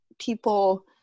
people